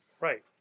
Right